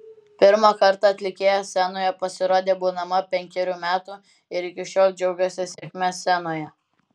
pirmą kartą atlikėja scenoje pasirodė būdama penkerių metų ir iki šiol džiaugiasi sėkme scenoje